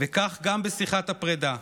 וכך גם בשיחת הפרידה.